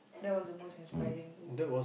that was the most inspiring book